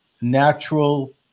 natural